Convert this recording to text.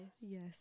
yes